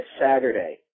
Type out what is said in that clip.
Saturday